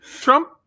Trump